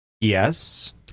Yes